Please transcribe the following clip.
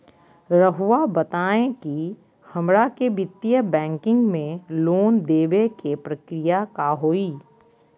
रहुआ बताएं कि हमरा के वित्तीय बैंकिंग में लोन दे बे के प्रक्रिया का होई?